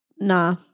nah